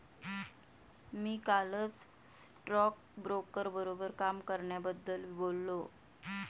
मी कालच स्टॉकब्रोकर बरोबर काम करण्याबद्दल बोललो